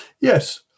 Yes